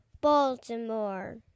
Baltimore